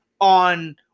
on